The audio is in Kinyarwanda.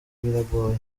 biragoye